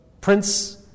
prince